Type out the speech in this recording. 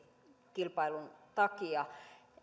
kilpailun takia